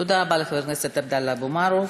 תודה רבה לחבר הכנסת עבדאללה אבו מערוף.